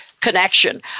connection